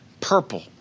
purple